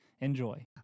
Enjoy